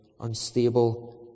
unstable